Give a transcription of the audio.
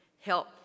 help